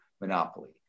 monopoly